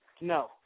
No